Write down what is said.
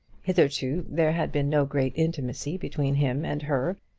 hitherto there had been no great intimacy between him and her,